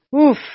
Oof